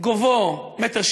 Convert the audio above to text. גובהו 1.74 מטר,